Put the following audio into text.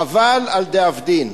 חבל על דאבדין.